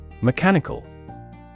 Mechanical